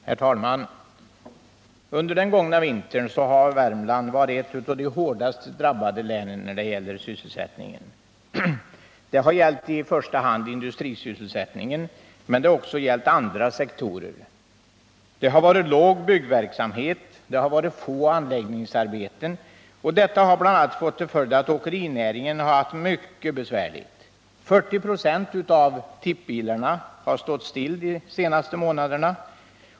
Herr talman! Under den gångna vintern har Värmland varit ett av de hårdast drabbade länen när det gäller sysselsättningen. Det har gällt i första hand industrisysselsättningen, men det har också gällt andra sektorer. Det har varit låg byggnadsverksamhet, och det har varit få anläggningsarbeten. Detta har bl.a. fått till följd att åkerinäringen haft det mycket besvärligt. 40 946 av tippbilarna har stått stilla de senaste månaderna.